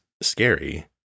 scary